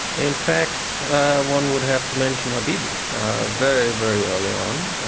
in fact one would have to mention habibie very, very early on.